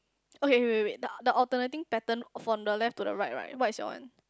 okay wait wait wait the the alternating pattern from the left to the right right what is your one